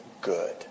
good